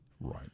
Right